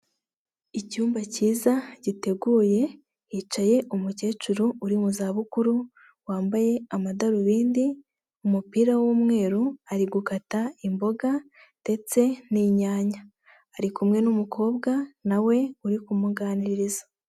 Icyumba kiza giteguye, hicaye umukecuru uri mu zabukuru wambaye amadarubindi, umupira w'umweru, ari gukata imboga ndetse n'inyanya. Ari kumwe n'umukobwa na we uri kumuganiriza.